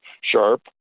sharp